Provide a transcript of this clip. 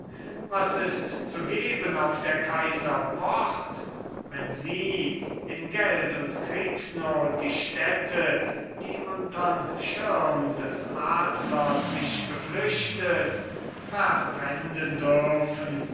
was ist zu geben auf der kaiser wort wenn sie in geld und kriegesnot die städte die untern schirm des adlers sich geflüchtet verpfänden dürfen